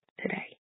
today